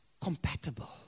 compatible